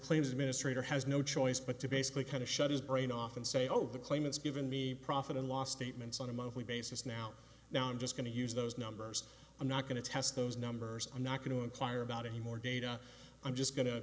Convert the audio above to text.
claims administrator has no choice but to basically kind of shut his brain off and say oh the claimants given me profit and loss statements on a monthly basis now now i'm just going to use those numbers i'm not going to test those numbers i'm not going to inquire about any more data i'm just going to